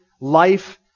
life